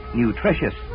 nutritious